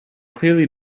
clearly